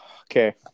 Okay